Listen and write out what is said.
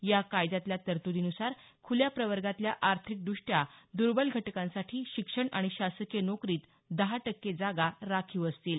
या कायद्यातल्या तरतुदीनुसार खुल्या प्रवर्गातल्या आर्थिक दृष्ट्या द्र्बल घटकांसाठी शिक्षण आणि शासकीय नोकरीत दहा टक्के जागा राखीव असतील